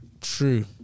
True